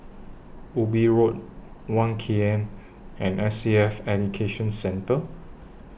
Ubi Road one K M and S A F Education Centre